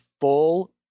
full